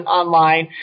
online